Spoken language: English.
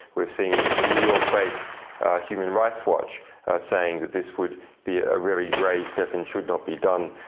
we've seen the new york-based human rights watch saying that this would be a very grave step and should not be done.